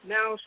Now